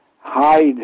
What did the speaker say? hide